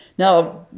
Now